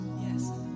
Yes